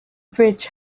bridge